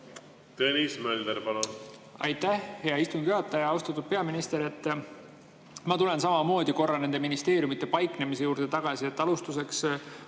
Tõnis Mölder, palun! Aitäh, hea istungi juhataja! Austatud peaminister! Ma tulen samamoodi korra nende ministeeriumide paiknemise juurde tagasi. Alustuseks,